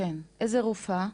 איזה רופאה?